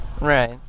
Right